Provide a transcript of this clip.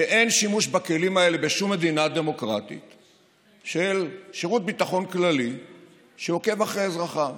שאין שימוש בכלים האלה של שירות ביטחון כללי שעוקב אחרי אזרחיו